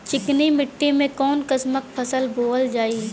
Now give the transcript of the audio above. चिकनी मिट्टी में कऊन कसमक फसल बोवल जाई?